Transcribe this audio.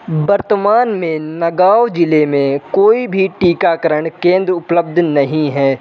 वर्तमान में नगाँव जिले में कोई भी टीकाकरण केंद्र उपलब्ध नहीं है